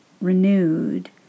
renewed